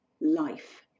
life